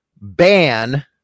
ban